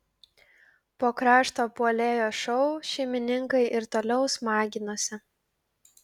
po krašto puolėjo šou šeimininkai ir toliau smaginosi